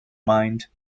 mind